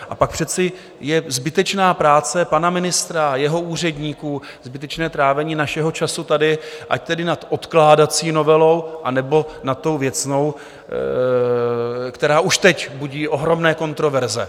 A pak přece je zbytečná práce pana ministra, jeho úředníků, zbytečné trávení našeho času tady, ať tedy nad odkládací novelou, anebo nad tou věcnou, která už teď budí ohromné kontroverze.